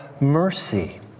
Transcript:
mercy